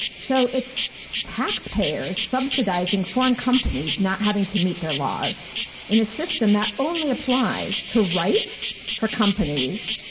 so it's taxpayers subsidizing foreign companies not having to meet their laws in a system that only applies to rights for companies,